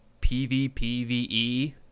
PvPVE